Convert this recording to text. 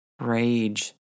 rage